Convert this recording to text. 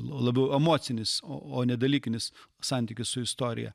labiau emocinis o ne dalykinis santykis su istorija